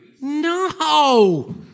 No